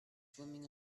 swimming